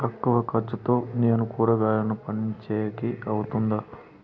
తక్కువ ఖర్చుతో నేను కూరగాయలను పండించేకి అవుతుందా?